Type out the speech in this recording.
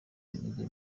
ibigwi